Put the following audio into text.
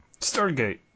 Stargate